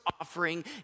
offering